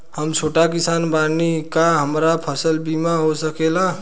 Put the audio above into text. हम छोट किसान बानी का हमरा फसल बीमा हो सकेला?